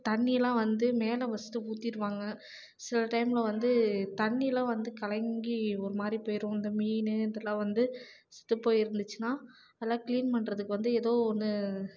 தண்ணியெலாம் வந்து மேலே ஃபஸ்ட் ஊற்றிருவாங்க சில டைம்ல வந்து தண்ணியெலாம் வந்து கலங்கி ஒருமாதிரி போயிடும் இந்த மீன் இதெல்லாம் வந்து செத்து போயிருந்துச்சுன்னா அதெலாம் க்ளீன் பண்ணுறதுக்கு வந்து எதோ ஒன்று